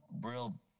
real